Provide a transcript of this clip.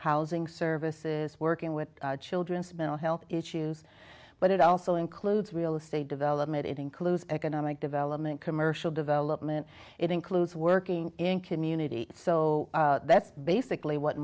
housing services working with children's mental health issues but it also includes real estate development it includes economic development commercial development it includes working in community so that's basically what